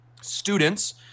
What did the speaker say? students